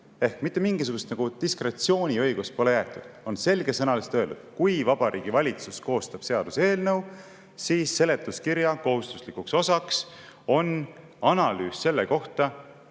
Ehk mitte mingisugust diskretsiooniõigust pole jäetud, on selgesõnaliselt öeldud: kui Vabariigi Valitsus koostab seaduseelnõu, siis seletuskirja kohustuslik osa on analüüs selle kohta,